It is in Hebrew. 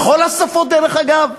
בכל השפות, דרך אגב.